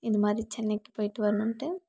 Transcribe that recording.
இந்த மாதிரி சென்னைக்கு போயிட்டு வரணும்ன்ட்டு